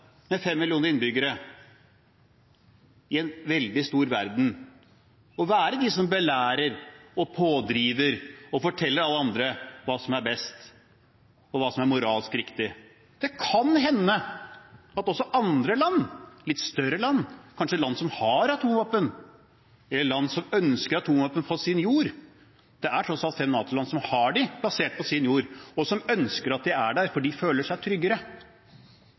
med fem millioner innbyggere i en veldig stor verden – å være den som belærer, er pådriver og forteller alle andre hva som er best, og hva som er moralsk riktig. Det kan hende at også andre land, litt større land, kanskje land som har atomvåpen, eller land som ønsker atomvåpen på sin jord – det er tross alt fem NATO-land som har dem plassert på sin jord – ønsker at de er der fordi de føler seg tryggere.